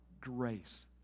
grace